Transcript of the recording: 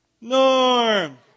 Norm